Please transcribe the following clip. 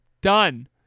done